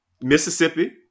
Mississippi